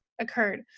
occurred